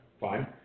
Fine